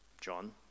John